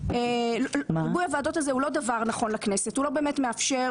הוא לא באמת מאפשר,